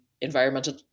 environmental